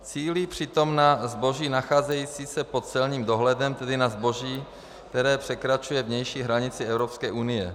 Cílí přitom na zboží nacházející se pod celním dohledem, tedy na zboží, které překračuje vnější hranici Evropské unie.